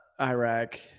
Iraq